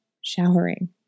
showering